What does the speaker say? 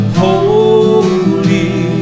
holy